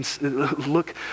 Look